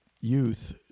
youth